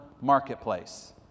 marketplace